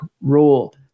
Rule